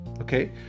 Okay